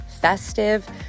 festive